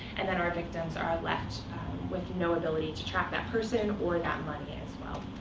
and then our victims are left with no ability to track that person, or that money, as well.